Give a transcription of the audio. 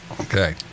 Okay